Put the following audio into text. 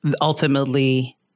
ultimately